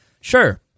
Sure